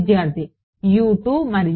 విద్యార్థి మరియు